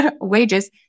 wages